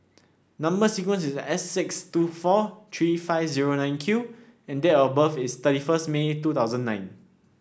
number sequence is S six two four three five zero nine Q and date of birth is thirty first May two thousand nine